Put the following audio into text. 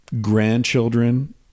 Grandchildren